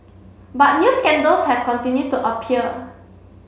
but new scandals have continued to appear